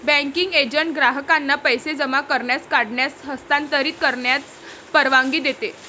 banking agent ग्राहकांना पैसे जमा करण्यास, काढण्यास, हस्तांतरित करण्यास परवानगी देतो